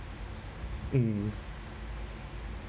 mm